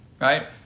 right